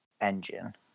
engine